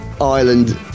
Ireland